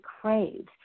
craves